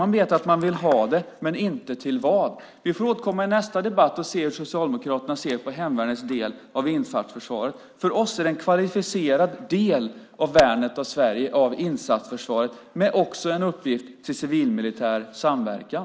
De vet att de vill ha det, men inte till vad. Vi får återkomma i nästa debatt och se hur Socialdemokraterna ser på hemvärnets del av insatsförsvaret. För oss är insatsförsvaret en kvalificerad del av värnet av Sverige men också en uppgift till civilmilitär samverkan.